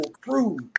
prove